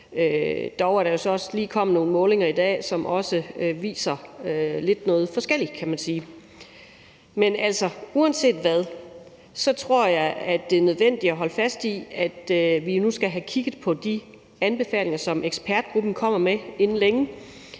her i dag også lige kommet nogle målinger, som viser noget lidt forskelligt. Men uanset hvad tror jeg, det er nødvendigt, at vi nu holder fast i, at vi skal have kigget på de anbefalinger, som ekspertgruppen inden længe